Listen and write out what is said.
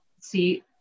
see